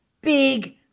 Big